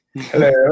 Hello